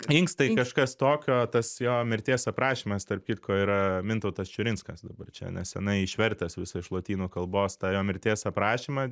inkstai kažkas tokio tas jo mirties aprašymas tarp kitko yra mintautas čiurinskas dabar čia neseniai išvertęs visą iš lotynų kalbos tą jo mirties aprašymą